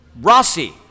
Rossi